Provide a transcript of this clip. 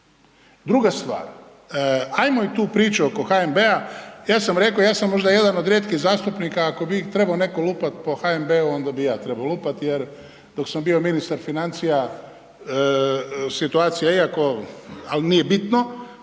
Druga stvar, hajmo i tu priču oko HNB-a, ja sam rekao, ja sam možda jedan od rijetkih zastupnika, ako bi i trebao netko lupati po HNB-u onda bi ja trebao lupati, jer dok sam bio ministar financija, situacija, iako, ali nije bitno,